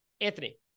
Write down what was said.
Anthony